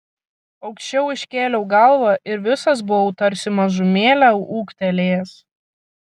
aukščiau iškėliau galvą ir visas buvau tarsi mažumėlę ūgtelėjęs